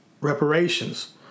reparations